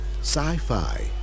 sci-fi